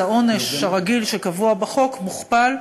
אז העונש הרגיל שקבוע בחוק מוכפל.